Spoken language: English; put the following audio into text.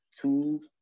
two